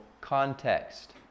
context